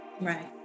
right